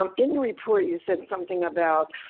um in your report, you said something about,